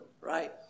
right